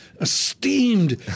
esteemed